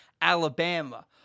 Alabama